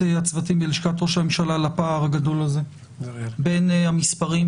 הצוותים בלשכת ראש הממשלה על הפער הגדול הזה בין המספרים,